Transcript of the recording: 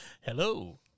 Hello